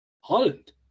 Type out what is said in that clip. Holland